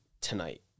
tonight